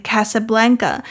Casablanca